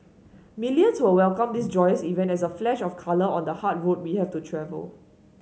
millions will welcome this joyous event as a flash of colour on the hard road we have to travel